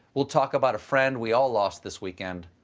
we'll talk about a friend we all lost this weekend,